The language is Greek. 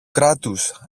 κράτους